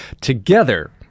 Together